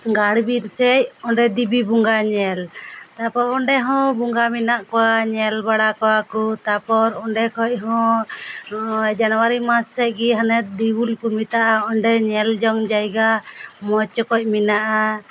ᱜᱟᱲ ᱵᱤᱨ ᱥᱮᱫ ᱚᱸᱰᱮ ᱫᱤᱵᱤ ᱵᱚᱸᱜᱟ ᱧᱮᱞ ᱛᱟᱯᱚᱨ ᱚᱸᱰᱮ ᱦᱚᱸ ᱵᱚᱸᱜᱟ ᱢᱮᱱᱟᱜ ᱠᱚᱣᱟ ᱧᱮᱞ ᱵᱟᱲᱟ ᱠᱚᱣᱟ ᱠᱚ ᱛᱟᱯᱚᱨ ᱚᱸᱰᱮ ᱠᱷᱚᱱ ᱦᱚᱸ ᱱᱚᱜᱼᱚᱭ ᱡᱟᱱᱩᱣᱟᱨᱤ ᱢᱟᱥ ᱥᱮᱫ ᱜᱮ ᱦᱟᱱᱮ ᱫᱮᱣᱩᱞ ᱠᱚ ᱢᱮᱛᱟᱜᱼᱟ ᱚᱸᱰᱮ ᱧᱮᱞ ᱡᱚᱝ ᱡᱟᱭᱜᱟ ᱢᱚᱡᱽ ᱚᱠᱚᱡ ᱢᱮᱱᱟᱜᱼᱟ